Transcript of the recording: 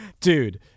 dude